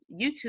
YouTube